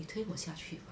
你推我下去 bah